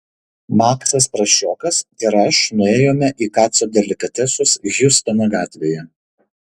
maksas prasčiokas ir aš nuėjome į kaco delikatesus hjustono gatvėje